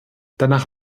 danach